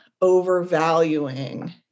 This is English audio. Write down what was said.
overvaluing